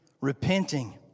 repenting